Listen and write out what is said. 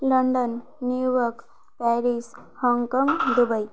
London New York Paris Hong Kong Dubai